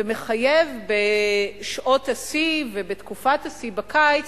ומחייב בשעות השיא ובתקופת השיא, בקיץ,